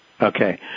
Okay